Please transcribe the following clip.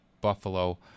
Buffalo